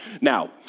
Now